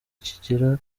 kigera